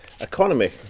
economy